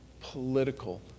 political